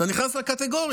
אתה נכנס לקטגוריה.